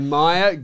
Maya